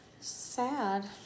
Sad